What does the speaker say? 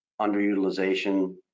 underutilization